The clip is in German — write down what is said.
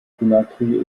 conakry